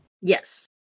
Yes